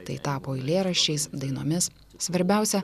tai tapo eilėraščiais dainomis svarbiausia